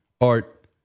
art